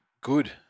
Good